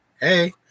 Hey